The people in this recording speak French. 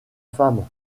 femme